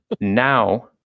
now